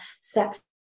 sex